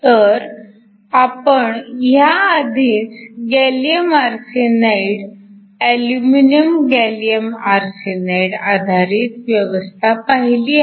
तर आपण ह्या आधीच gallium arsenide aluminium gallium arsenide आधारित व्यवस्था पाहिली आहे